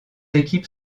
équipes